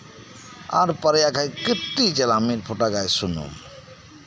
ᱟᱨ ᱵᱟᱨᱭᱟ ᱜᱟᱡ ᱢᱤᱫ ᱯᱷᱳᱴᱟ ᱜᱟᱱ ᱥᱩᱱᱩᱢ